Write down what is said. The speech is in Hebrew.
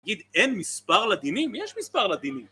תגיד אין מספר לדינים? יש מספר לדינים